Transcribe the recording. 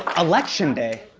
election day.